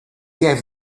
gave